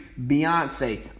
Beyonce